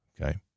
Okay